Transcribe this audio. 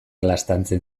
laztantzen